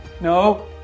No